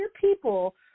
people